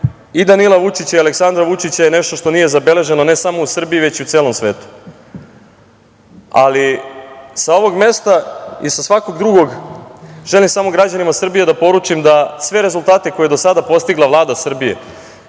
i Danila Vučića i Aleksandra Vučića je nešto što nije zabeleženo ne samo u Srbiji, već i u celom svetu. Ali, sa ovog mesta i sa svakog drugog želim samo građanima Srbije da poručim da sve rezultate koje je do sada postigla Vlada Srbije,